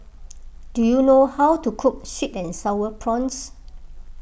do you know how to cook Sweet and Sour Prawns